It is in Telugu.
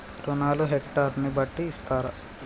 రుణాలు హెక్టర్ ని బట్టి ఇస్తారా?